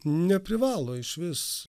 neprivalo išvis